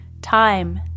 Time